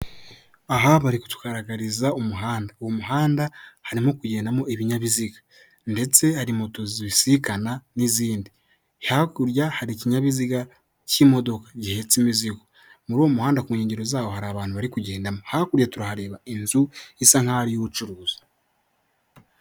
Aha bari kutugaragariza umuhanda, uwo muhanda harimo kugendamo ibinyabiziga, ndetse hari moto zibisikana n'izindi, hakurya hari ikinyabiziga cy'imodoka gihetse imizigo, muri uwo muhanda ku nkengero zawo hari abantu bari kugendamo, hakurya turahareba inzu isa nk'aho ari iy'ubucuruzi.